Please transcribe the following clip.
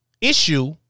issue